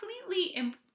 completely